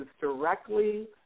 directly